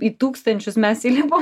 į tūkstančius mes įlipom